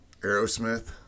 Aerosmith